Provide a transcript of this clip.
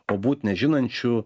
o būt nežinančiu